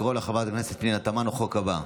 לקרוא לחברת הכנסת פנינה תמנו לחוק הבא.